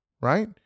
right